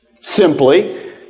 simply